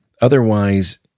Otherwise